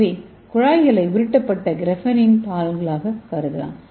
எனவே குழாய்களை உருட்டப்பட்ட கிராபெனின் தாள்களாகக் கருதலாம்